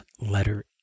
letter